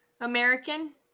American